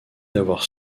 d’avoir